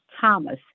Thomas